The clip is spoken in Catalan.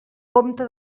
compte